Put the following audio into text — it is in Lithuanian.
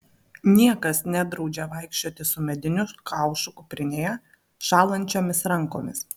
niekas nedraudžia vaikščioti su mediniu kaušu kuprinėje šąlančiomis rankomis